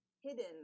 hidden